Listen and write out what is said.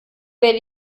werde